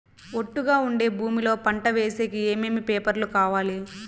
ఒట్టుగా ఉండే భూమి లో పంట వేసేకి ఏమేమి పేపర్లు కావాలి?